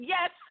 Yes